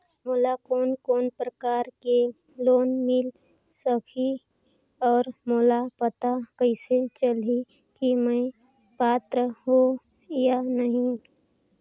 मोला कोन कोन प्रकार के लोन मिल सकही और मोला पता कइसे चलही की मैं पात्र हों या नहीं?